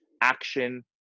action